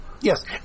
Yes